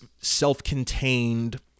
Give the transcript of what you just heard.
self-contained